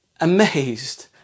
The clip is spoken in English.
amazed